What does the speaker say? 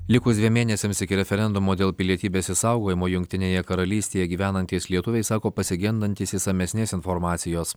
likus dviem mėnesiams iki referendumo dėl pilietybės išsaugojimo jungtinėje karalystėje gyvenantys lietuviai sako pasigendantys išsamesnės informacijos